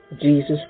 Jesus